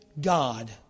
God